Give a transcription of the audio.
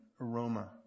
aroma